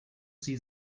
sie